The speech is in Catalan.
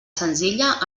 senzilla